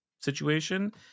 situation